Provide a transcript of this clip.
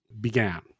began